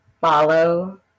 follow